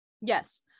Yes